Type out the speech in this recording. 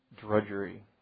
drudgery